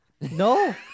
No